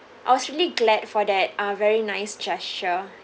I was really glad for that uh very nice gesture